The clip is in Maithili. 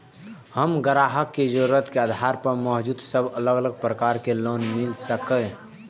हम ग्राहक के जरुरत के आधार पर मौजूद सब अलग प्रकार के लोन मिल सकये?